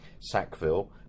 Sackville